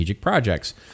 Projects